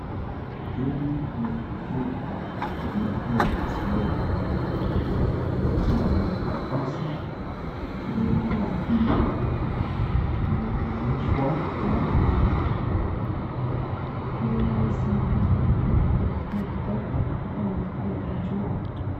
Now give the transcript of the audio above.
Hili ni kitabu Nyota ya Kiswahili, kitabu cha mwanafunzi gredi ya pili, kimeidhinishwa na KICD, kwenye kitabu kuna michoro.